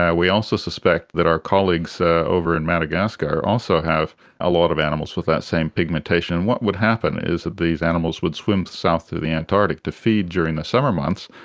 yeah we also suspect that our colleagues over in madagascar also have a lot of animals with that same pigmentation. and what would happen is that these animals would swim south to the antarctic to feed during the summer months,